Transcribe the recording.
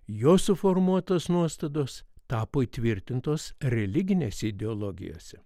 jo suformuotos nuostatos tapo įtvirtintos religinės ideologijos